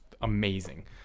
amazing